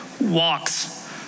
Walks